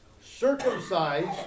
circumcised